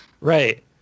Right